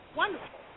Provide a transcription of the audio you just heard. wonderful